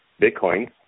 Bitcoin